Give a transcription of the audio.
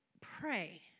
pray